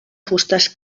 fustes